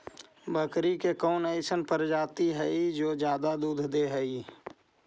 बकरी के कौन अइसन प्रजाति हई जो ज्यादा दूध दे हई?